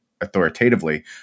authoritatively